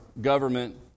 government